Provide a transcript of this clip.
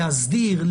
להסדיר,